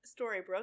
Storybrooke